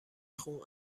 خون